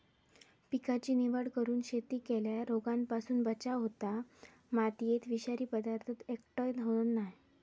पिकाची निवड करून शेती केल्यार रोगांपासून बचाव होता, मातयेत विषारी पदार्थ एकटय होयत नाय